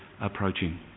approaching